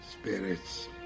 Spirits